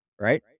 right